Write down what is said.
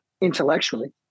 intellectually